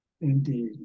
Indeed